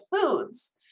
foods